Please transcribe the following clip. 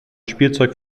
spielzeug